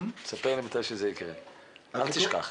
אל תשכח.